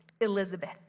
Elizabeth